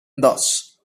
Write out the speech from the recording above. thus